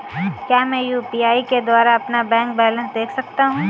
क्या मैं यू.पी.आई के द्वारा अपना बैंक बैलेंस देख सकता हूँ?